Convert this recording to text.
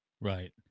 right